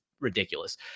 ridiculous